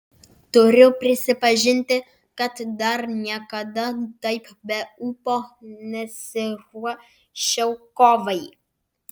turiu prisipažinti kad dar niekada taip be ūpo nesiruošiau kovai